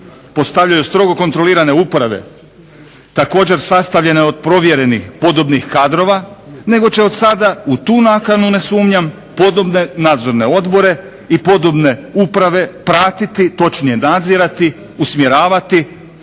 postavljaju strogo kontrolirane uprave također sastavljene od provjerenih, podobnih kadrova nego će od sada u tu nakanu ne sumnjam podobne nadzorne odbore i podobne uprave pratiti, točnije nadzirati, usmjeravati